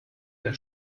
der